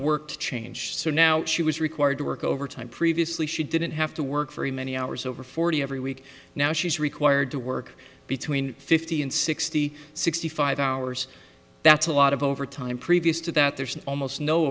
to change so now she was required to work overtime previously she didn't have to work for a many hours over forty every week now she's required to work between fifty and sixty sixty five hours that's a lot of overtime previous to that there's almost no